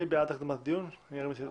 מי בעד הקדמת הדיון ירים את ידו?